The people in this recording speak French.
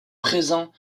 présents